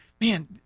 man